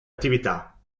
attività